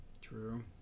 True